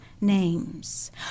names